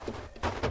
כמה